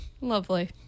Lovely